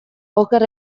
oker